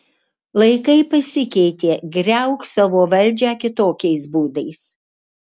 laikai pasikeitė griauk savo valdžią kitokiais būdais